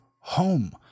home